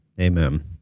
Amen